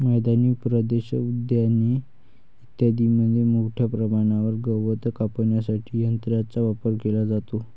मैदानी प्रदेश, उद्याने इत्यादींमध्ये मोठ्या प्रमाणावर गवत कापण्यासाठी यंत्रांचा वापर केला जातो